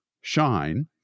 shine